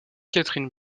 catherine